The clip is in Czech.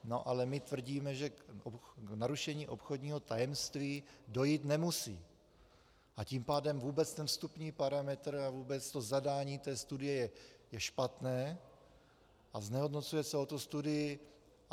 No ale my tvrdíme, že k narušení obchodního tajemství dojít nemusí, a tím pádem ten vstupní parametr a vůbec zadání té studie je špatné a znehodnocuje celou studii.